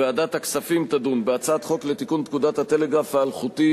ועדת הכספים תדון בהצעת חוק לתיקון פקודת הטלגרף האלחוטי